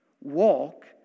walk